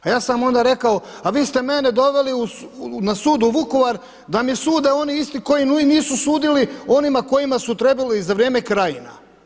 A ja sam vam onda rekao a vi ste mene doveli na sud u Vukovar da mi sude oni isti koji nisu sudili onima kojima su trebali za vrijeme krajina.